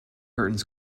curtains